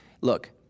Look